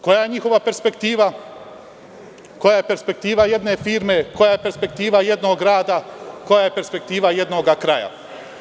Koja je njihova perspektiva, koja je perspektiva jedne firme, koja je perspektiva jednog grada, koja je perspektiva jednog kraja?